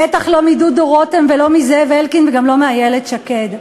בטח לא מדודו רותם ולא מזאב אלקין וגם לא מאיילת שקד,